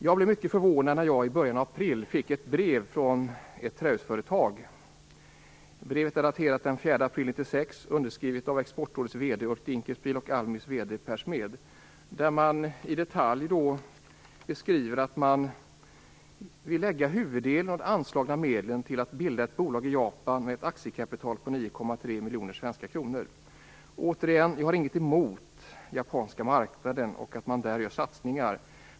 Jag blev mycket förvånad när jag i början av april i år fick ett brev från ett trähusföretag. Brevet är daterat den 4 april 1996 och underskrivet av Exportrådets brevet beskriver man i detalj att man vill lägga huvuddelen av de anslagna medlen på att bilda ett bolag i Japan med ett aktiekapital på 9,3 miljoner svenska kronor. Återigen vill jag säga att jag inte har något emot den japanska marknaden och att man där gör satsningar.